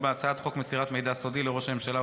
אני קובע כי הצעת חוק משפחות חיילים שנספו במערכה,